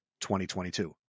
2022